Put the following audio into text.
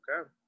Okay